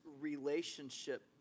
relationship